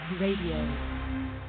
radio